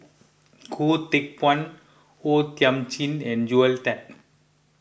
Goh Teck Phuan Thiam Chin and Joel Tan